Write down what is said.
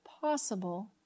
possible